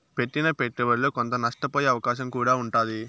పెట్టిన పెట్టుబడిలో కొంత నష్టపోయే అవకాశం కూడా ఉంటాది